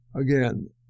Again